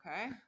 Okay